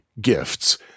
gifts